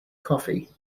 coffee